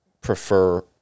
prefer